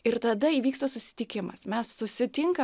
ir tada įvyksta susitikimas mes susitinka